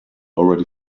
already